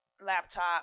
laptop